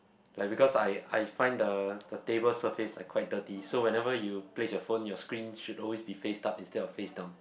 ya because I I find the the table surface like quite dirty so whenever you place your phone your screen should always be face up instead of face down